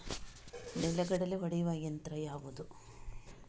ನೆಲಗಡಲೆ ಒಡೆಯುವ ಯಂತ್ರ ಯಾವುದು?